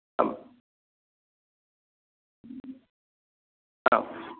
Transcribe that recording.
आम् आम्